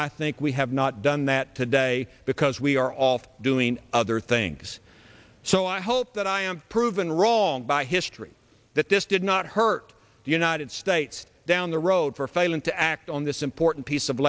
i think we have not done that today because we are off doing other things so i hope that i am proven wrong by history that this did not hurt the united states down the road for failing to act on this important piece of